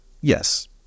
Yes